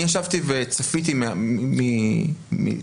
אני ישבתי וצפיתי מהצד,